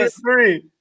three